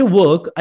work